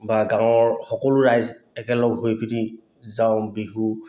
বা গাঁৱৰ সকলো ৰাইজ একেলগ হৈ পিনি যাওঁ বিহু